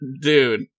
dude